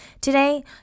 today